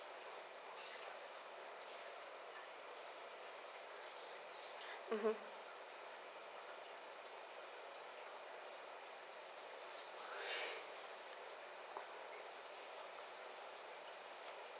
mmhmm